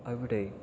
അവിടെ